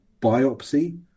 biopsy